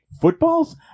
footballs